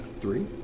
three